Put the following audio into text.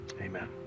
Amen